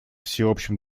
всеобщим